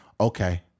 okay